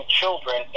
children